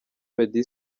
meddy